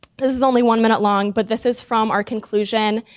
this is only one minute long, but this is from our conclusion.